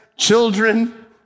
children